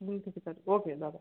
বুঝতে তো পারি ওকে দাদা